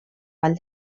vall